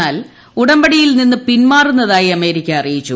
എന്നാൽ ഉടമ്പടിയിൽ നിന്ന് പിന്മാറുന്നതായി അർമേരിക്ക് അറിയിച്ചു